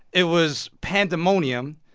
it was pandemonium.